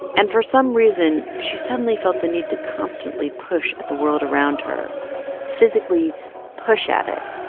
and for some reason, she suddenly felt the need to constantly push at the world around her physically push at it,